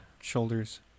shoulders